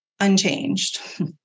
unchanged